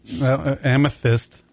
Amethyst